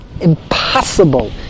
Impossible